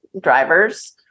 drivers